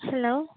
hello